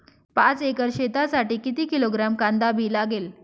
पाच एकर शेतासाठी किती किलोग्रॅम कांदा बी लागेल?